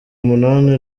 umunani